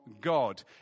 God